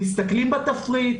הם מסתכלים בתפריט,